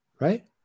right